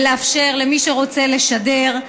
לאפשר למי שרוצה לשדר,